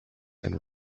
and